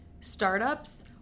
startups